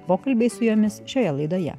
pokalbiai su jomis šioje laidoje